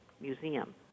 Museum